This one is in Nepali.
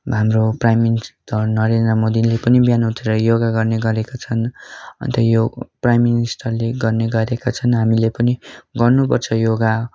हाम्रो प्राइम मिनिस्टर नरेन्द्र मोदीले पनि बिहान उठेर योगा गर्ने गरेको छन् अन्त यो प्राइम मिनिस्टरले गर्ने गरेको छन् हामीले पनि गर्नुपर्छ योगा